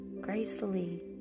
gracefully